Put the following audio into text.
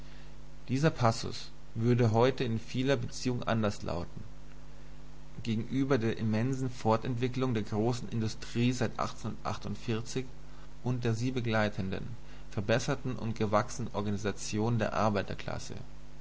dieser passus würde heute in vieler beziehung anders lauten gegenüber der immensen fortentwicklung der großen industrie seit und der sie begleitenden verbesserten und gewachsenen organisation der arbeiterklasse